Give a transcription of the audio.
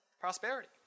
prosperity